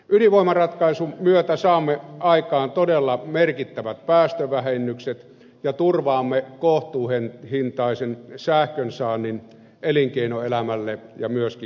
ydinvoimaratkaisun myötä saamme aikaan todella merkittävät päästövähennykset ja turvaamme kohtuuhintaisen sähkönsaannin elinkeinoelämälle ja myöskin kotitalouksille